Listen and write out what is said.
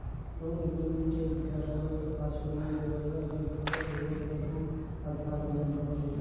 loan agreement एक धाएर होए कर पाछू लोन लेहोइया जग घलो एगोट बड़िहा अधार बइन जाथे